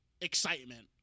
excitement